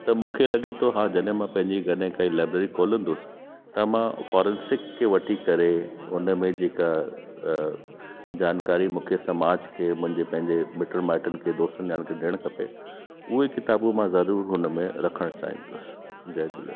त मूंखे लॻे थो हा जॾहिं मां पंहिंजी घर में लाइब्रेरी खोलंदुसि त मां फॉरेंसिक खे वठी करे उनमें जेका जानकारी मूंखे समाज खे मुंहिंजे पंहिंजे मिट माइटनि खे दोस्तनि यारनि खे ॾेअण खपे उहे किताबू मां ज़रूर उनमें रखण चाहिंदुसि जय झूलेलाल